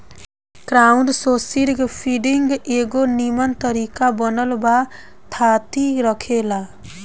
crowdsourcing funding के एगो निमन तरीका बनल बा थाती रखेला